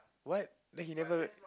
what then he never